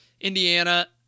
Indiana